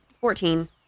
fourteen